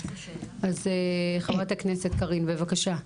אז חברת הכנסת קרין בבקשה.